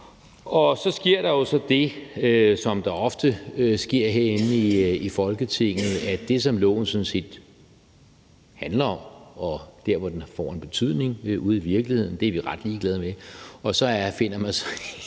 Så sker der jo det, der ofte sker herinde i Folketinget, at det, som loven sådan set handler om, og der, hvor den får en betydning ude i virkeligheden, er vi ret ligeglade med. Og så finder man en